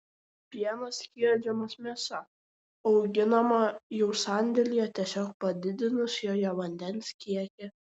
pienas skiedžiamas mėsa auginama jau sandėlyje tiesiog padidinus joje vandens kiekį